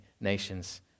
nations